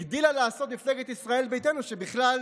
הגדילה לעשות מפלגת ישראל ביתנו, שבכלל